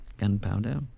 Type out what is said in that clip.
Gunpowder